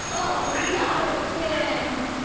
oh, yeah not again.